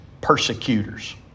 persecutors